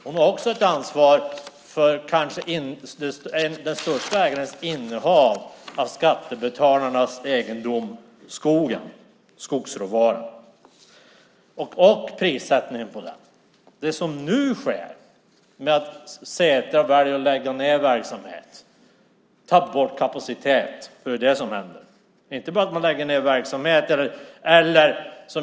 Hon har också ett ansvar för den största ägarens innehav av skattebetalarnas egendom, skogen, skogsråvaran och prissättningen på den. Setra väljer nu att lägga ned verksamhet och ta bort kapacitet. Det är det som händer.